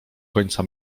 końca